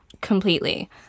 completely